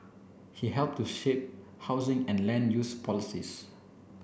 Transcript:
he helped to shape housing and land use policies